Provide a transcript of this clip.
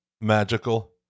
magical